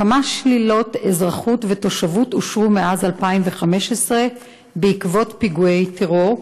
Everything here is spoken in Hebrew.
כמה שלילות אזרחות ותושבות אושרו מאז שנת 2015 בעקבות פיגועי טרור,